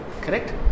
Correct